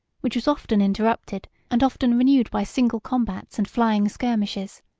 which was often interrupted and often renewed by single combats and flying skirmishes,